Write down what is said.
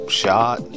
shot